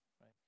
right